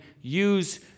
use